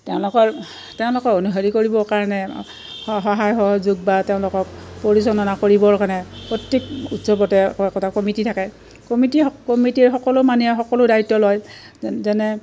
তেওঁলোকৰ তেওঁলোকৰ অনুসৰি কৰিবৰ কাৰণে সহায় সহযোগ বা তেওঁলোকক পৰিচালনা কৰিবৰ কাৰণে প্ৰত্যেক উৎসৱতে একো একোটা কমিটি থাকে কমিটি কমিটিৰ সকলো মানুহে সকলো দায়িত্ব লয় য যেনে